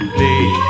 day